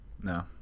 No